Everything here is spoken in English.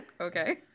okay